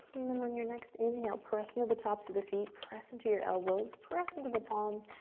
then, on your next inhale, press into the tops of the feet, press into your elbows, press into the palms,